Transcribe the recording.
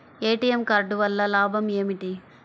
ATM card వల్ల లాభం ఏమిటి?